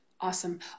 Awesome